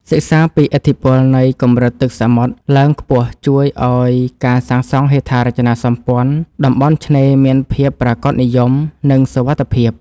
សិក្សាពីឥទ្ធិពលនៃកម្រិតទឹកសមុទ្រឡើងខ្ពស់ជួយឱ្យការសាងសង់ហេដ្ឋារចនាសម្ព័ន្ធតំបន់ឆ្នេរមានភាពប្រាកដនិយមនិងសុវត្ថិភាព។